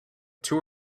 two